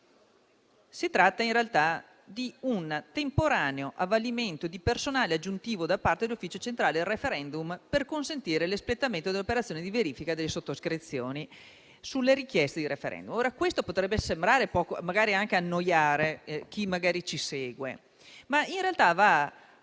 Si tratta in realtà di un temporaneo avvalimento di personale aggiuntivo da parte dell'Ufficio centrale del *referendum* per consentire l'espletamento delle operazioni di verifica delle sottoscrizioni sulle richieste di *referendum*. Questo potrebbe magari anche annoiare chi ci segue, ma in realtà